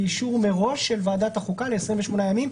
באישור מראש של ועדת החוקה ל-28 ימים.